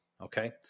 Okay